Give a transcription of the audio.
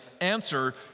answer